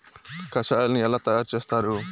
కషాయాలను ఎలా తయారు చేస్తారు?